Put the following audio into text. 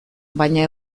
baina